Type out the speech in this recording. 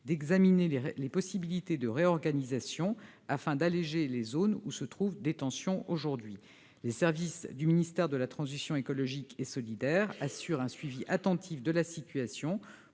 d'examiner les possibilités de réorganisation afin d'alléger les zones qui connaissent des tensions aujourd'hui. Les services du ministère de la transition écologique et solidaire assurent un suivi attentif de la situation,